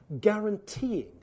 guaranteeing